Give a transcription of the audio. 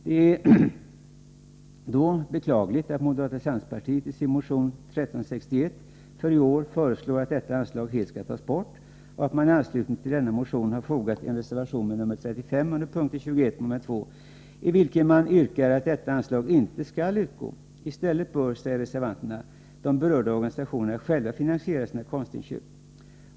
Det är då beklagligt att moderata samlingspartiet i sin motion 1361 för i år föreslår att detta anslag helt skall tas bort och att man i anslutning till denna motion har fogat en reservation med nr 35 under p. 21 mom. 2, i vilken man yrkar att detta anslag inte skall utgå. I stället finner reservanterna det naturligt att ”de berörda organisationerna själva finansierar sina konstinköp”.